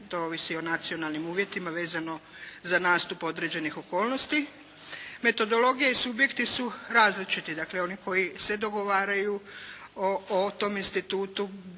to ovisi o nacionalnim uvjetima vezano za nastup određenih okolnosti. Metodologija i subjekti su različiti, dakle oni koji se dogovaraju o tom institutu